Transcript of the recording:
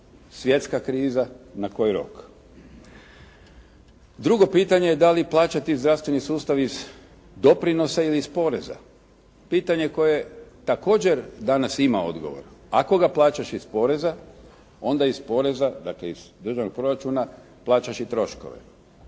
svjetska kriza, na koji rok. Drugo pitanje da li plaćati zdravstveni sustav iz doprinosa ili iz poreza, pitanje koje također danas ima odgovor. Ako ga plaćaš iz poreza, onda iz poreza, dakle iz državnog proračuna plaćaš i troškove.